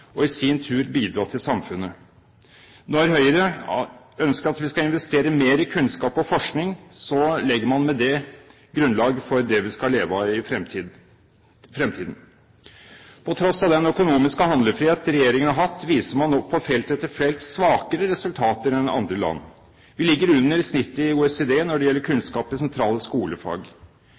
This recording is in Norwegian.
og i sin tur bidra til samfunnet. Når Høyre ønsker at vi skal investere mer i kunnskap og forskning, legger man med det grunnlag for det man skal leve av i fremtiden. På tross av den økonomiske handlefriheten regjeringen har hatt, viser man nå på felt etter felt svakere resultater enn andre land. Vi ligger under snittet i OECD når det gjelder kunnskap i sentrale skolefag.